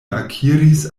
akiris